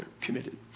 committed